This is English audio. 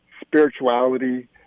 spirituality